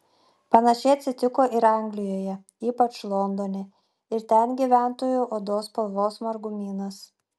panašiai atsitiko ir anglijoje ypač londone ir ten gyventojų odos spalvos margumynas